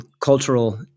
cultural